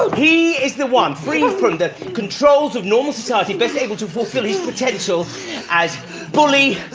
he is the one free from the controls of normal society, best able to fulfill his potential as bully,